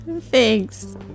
thanks